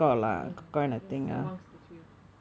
ya just amongst the three of us